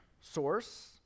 source